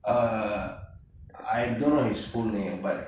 uh I don't know his full name but